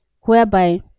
whereby